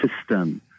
system